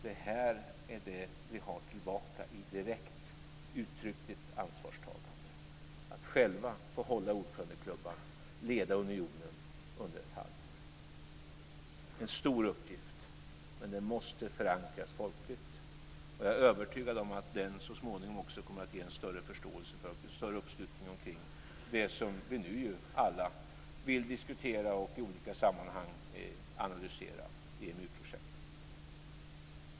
Det här är vad vi har tillbaka i direkt, uttryckligt ansvarstagande: att själva få hålla i ordförandeklubban och leda unionen under ett halvår. Det är en stor uppgift, men den måste förankras folkligt. Jag är övertygad om att den så småningom också kommer att ge en större förståelse för och uppslutning kring det som vi nu alla vill diskutera och i olika sammanhang analysera, dvs. EMU-projektet.